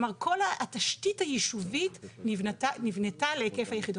כלומר, כל התשתית היישובית נבנתה להיקף היחידות.